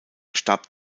starb